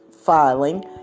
filing